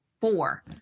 Four